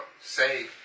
Say